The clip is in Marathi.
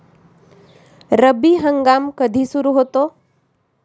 रब्बी हंगाम कधी सुरू होतो?